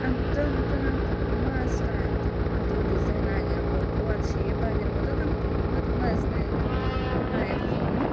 ಅದಂತೂ ನಂಗೆ ತುಂಬ ಇಷ್ಟ ಆಯಿತು ಅದು ಡಿಝೈನ್ ಆಗಿರ್ಬೋದು ಅದು ಶೇಪ್ ಆಗಿರ್ಬೋದು ಅದು ನಂಗೆ ತುಂಬ ತುಂಬ ಇಷ್ಟ ಆಯಿತು ಆ ಎಡ್ಫೋನು